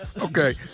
Okay